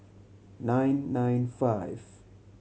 nine nine five